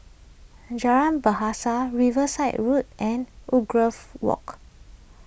Jalan Bahasa Riverside Road and Woodgrove Walk